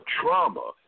trauma